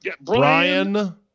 Brian